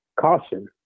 caution